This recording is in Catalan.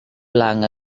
blanc